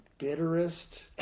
bitterest